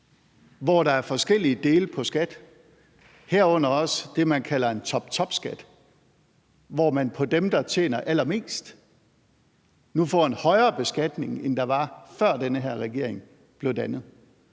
hvor der er forskellige dele i forhold til skat, herunder også det, man kalder en toptopskat, så man i forhold til dem, der tjener allermest, nu får en højere beskatning, end der var, før den her regering blev dannet.